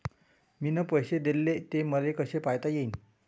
मिन पैसे देले, ते मले कसे पायता येईन?